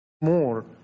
more